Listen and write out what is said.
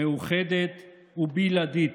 מאוחדת ובלעדית.